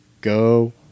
go